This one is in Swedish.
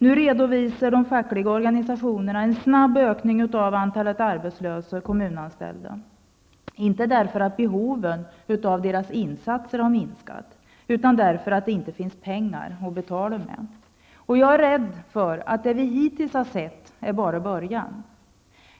Nu redovisar de fackliga organisationerna en snabb ökning av antalet arbetslösa bland kommunanställda, inte därför att behovet av deras insatser har minskat utan därför att det inte finns pengar att betala med. Jag är rädd för att det vi hittills har sett bara är en början.